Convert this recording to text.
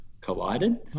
collided